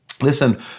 Listen